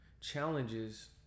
challenges